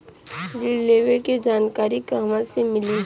ऋण लेवे के जानकारी कहवा से मिली?